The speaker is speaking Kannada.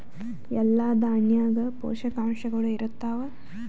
ಎಲ್ಲಾ ದಾಣ್ಯಾಗ ಪೋಷಕಾಂಶಗಳು ಇರತ್ತಾವ?